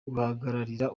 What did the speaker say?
guhagararira